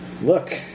look